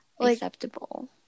acceptable